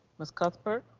ms. cuthbert?